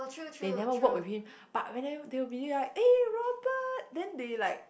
they never work with him but whenever they will be like eh Robert then they like